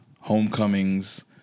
Homecomings